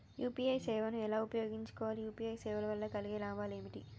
UPI సేవను ఎలా ఉపయోగించు కోవాలి? యూ.పీ.ఐ సేవల వల్ల కలిగే లాభాలు ఏమిటి?